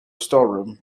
storeroom